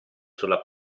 sulla